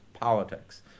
politics